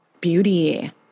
beauty